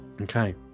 Okay